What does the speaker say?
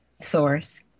Source